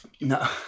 no